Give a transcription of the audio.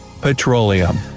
petroleum